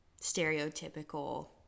stereotypical